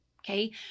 okay